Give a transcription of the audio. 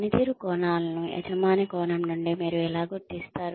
పనితీరు కోణాలను యజమాని కోణం నుండి మీరు ఎలా గుర్తిస్తారు